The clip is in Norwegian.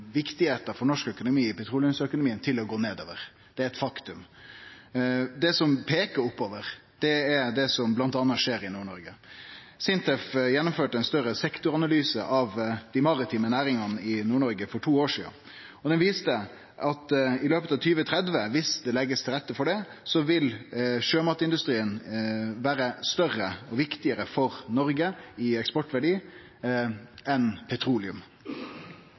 petroleumsøkonomien for norsk økonomi til å gå nedover. Det er eit faktum. Det som peiker oppover, er det som bl.a. skjer i Nord-Noreg. Sintef gjennomførte ein større sektoranalyse av dei maritime næringane i Nord-Noreg for to år sidan som viste at i løpet av 2030, viss det blir lagt til rette for det, vil sjømatindustrien vere større og viktigare for Noreg, i eksportverdi, enn petroleum.